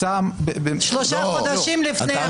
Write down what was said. שלושה חודשים לפני הבחירות.